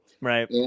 Right